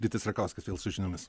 rytis rakauskas vėl su žiniomis